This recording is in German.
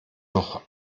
noch